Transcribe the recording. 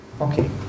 okay